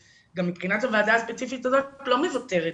מבחינת הוועדה הספציפית הזאת אני לא מוותרת.